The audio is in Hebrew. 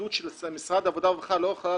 הפקידות של משרד העבודה והרווחה לא יכולה